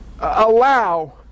allow